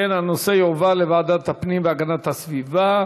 אם כן, הנושא יועבר לוועדת הפנים והגנת הסביבה.